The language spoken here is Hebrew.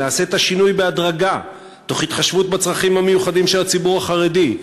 נעשה את השינוי בהדרגה תוך התחשבות בצרכים המיוחדים של הציבור החרדי.